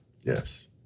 Yes